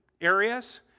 areas